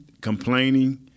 complaining